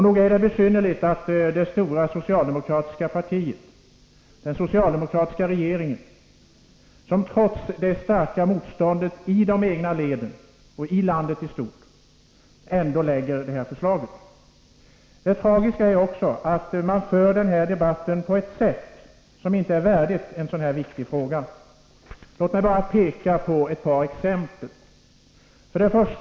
Nog är det besynnerligt att det stora socialdemokratiska partiet och den socialdemokratiska regeringen trots det starka motståndet i de egna leden och i landet i stort ändå lägger fram detta förslag. Det tragiska är också att man för debatten på ett sätt som inte är värdigt en så här viktig fråga. Låt mig ge ett par exempel.